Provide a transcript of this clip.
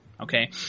okay